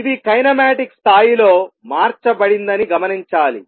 ఇది కైనమాటిక్స్ స్థాయిలో మార్చబడిందని గమనించాలి